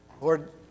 Lord